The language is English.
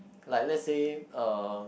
like let's say uh